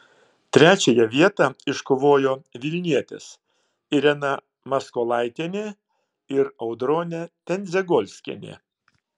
trečiąją vietą iškovojo vilnietės irena maskolaitienė ir audronė tendzegolskienė